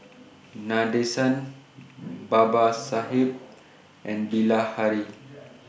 Nadesan Babasaheb and Bilahari